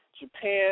Japan